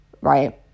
right